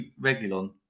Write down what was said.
Regulon